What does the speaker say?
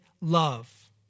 love